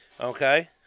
okay